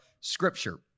scripture